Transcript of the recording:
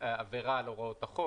עבירה על הוראות החוק,